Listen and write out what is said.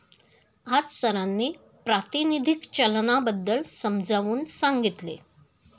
आज सरांनी प्रातिनिधिक चलनाबद्दल समजावून सांगितले